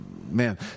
man